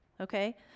okay